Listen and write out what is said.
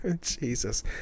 Jesus